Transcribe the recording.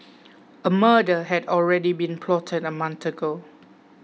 a murder had already been plotted a month ago